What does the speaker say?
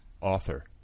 author